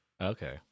Okay